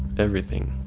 everything.